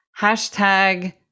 hashtag